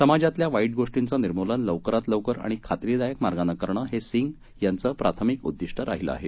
समाजातल्या वाईट गोष्टीचं निमृलन लवकरात लवकर आणि खात्रीदायक मार्गाने करणं हे सिंग यांचं प्राथमिक उद्दिष्ट राहिलं आहे